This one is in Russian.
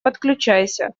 подключайся